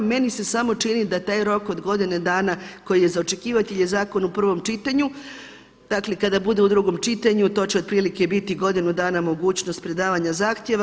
Meni se samo čini da taj rok od godine dana koji je za očekivati jer je zakon u prvom čitanju, dakle kada bude u drugom čitanju to će otprilike biti godinu dana mogućnost predavanja zahtjeva.